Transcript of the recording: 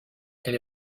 elle